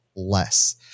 less